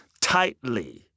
tightly